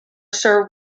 sir